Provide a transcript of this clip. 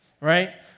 right